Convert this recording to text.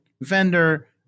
vendor